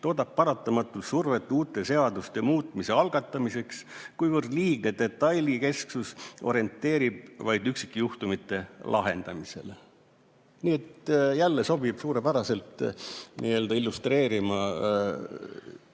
toodab paratamatult survet uute seaduste muutmiste algatamiseks, kuivõrd liigne detailikesksus orienteerib vaid üksikjuhtumi lahendamisele." Nii et jälle sobib see suurepäraselt nii-öelda illustreerima